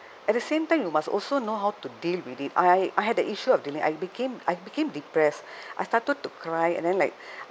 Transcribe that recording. at the same time you must also know how to deal with it I I had of the issue of dealing I became I became depressed I started to cry and then like